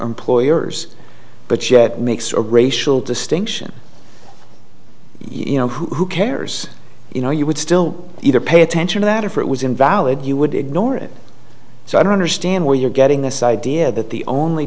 employers but makes a racial distinction you know who cares you know you would still either pay attention to that or for it was invalid you would ignore it so i don't understand where you're getting this idea that the only